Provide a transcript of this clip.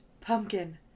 pumpkin